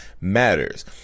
matters